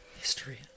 history